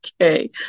okay